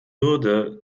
hürde